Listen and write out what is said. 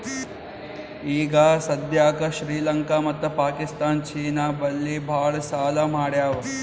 ಈಗ ಸದ್ಯಾಕ್ ಶ್ರೀಲಂಕಾ ಮತ್ತ ಪಾಕಿಸ್ತಾನ್ ಚೀನಾ ಬಲ್ಲಿ ಭಾಳ್ ಸಾಲಾ ಮಾಡ್ಯಾವ್